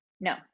No